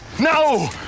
No